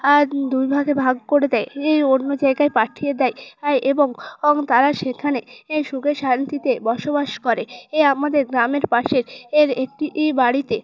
আর দুই ভাগে ভাগ করে দেয় এই অন্য জায়গায় পাঠিয়ে দেয় আয় এবং অং তারা সেখানে এ সুখে শান্তিতে বসবাস করে এ আমাদের গ্রামের পাশে এর একটি বাড়িতে